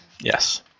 Yes